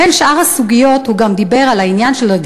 בין שאר הסוגיות הוא גם דיבר על הדרישה